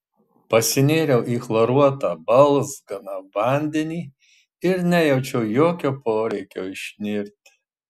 pasinėriau į chloruotą balzganą vandenį ir nejaučiau jokio poreikio išnirti